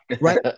right